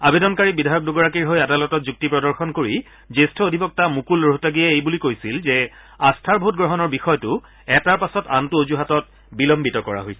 আৱেদনকাৰী বিধায়ক দুগৰাকীৰ হৈ আদালতত যুক্তি প্ৰদৰ্শন কৰি জ্যেষ্ঠ অধিবক্তা মুকুল ৰোহটাগীয়ে এই বুলি কৈছিল যে আস্থাৰ ভোট গ্ৰহণৰ বিষয়টো এটাৰ পাছত আনটো অজুহাতত বিলম্বিত কৰা হৈছে